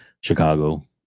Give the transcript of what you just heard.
Chicago